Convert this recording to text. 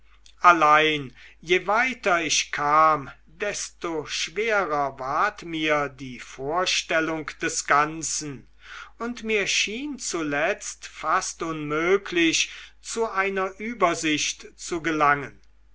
allein je weiter ich kam desto schwerer ward mir die vorstellung des ganzen und mir schien zuletzt fast unmöglich zu einer übersicht zu gelangen